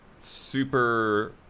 super